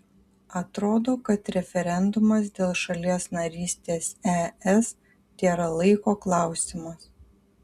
atrodo kad referendumas dėl šalies narystės es tėra laiko klausimas